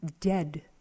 dead